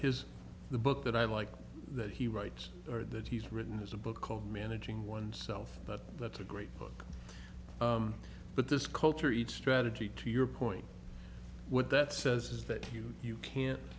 his the book that i like that he writes or that he's written has a book called managing one's self but that's a great book but this culture eats strategy to your point what that says is that you you can't